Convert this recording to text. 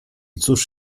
cóż